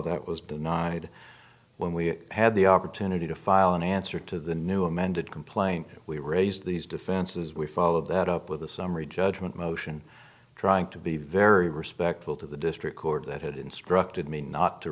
that was denied when we had the opportunity to file an answer to the new amended complaint we raised these defenses we followed that up with a summary judgment motion trying to be very respectful to the district court that had instructed me not to